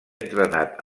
entrenat